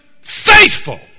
faithful